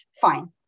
fine